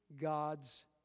God's